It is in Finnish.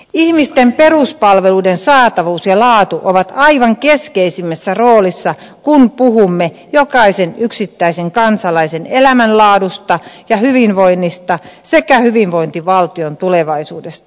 ihmisten peruspalveluiden saatavuus ja laatu ovat aivan keskeisimmässä roolissa kun puhumme jokaisen yksittäisen kansalaisen elämänlaadusta ja hyvinvoinnista sekä hyvinvointivaltion tulevaisuudesta